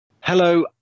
Hello